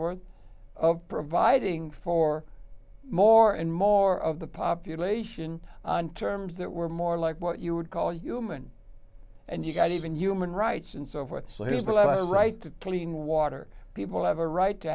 forth of providing for more and more of the population on terms that were more like what you would call human and you got even human rights and so forth so he'll blow right to clean water people have a right to